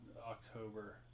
October